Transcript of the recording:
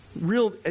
Real